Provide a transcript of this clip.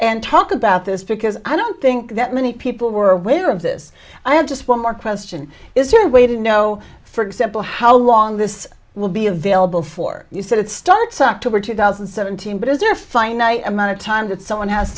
and talk about this because i don't think that many people were aware of this i had just one more question is your way to know for example how long this will be available for you said it starts october two thousand and seventeen but is there a finite amount of time that someone has